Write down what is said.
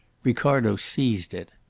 ricardo seized it.